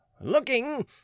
Looking